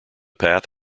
path